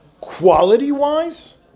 quality-wise